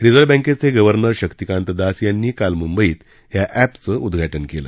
reserve बँकेचे governor Shaktikanta Das यांनी काल मुंबईत या एपचं उद्घाटन केलं